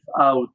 out